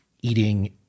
eating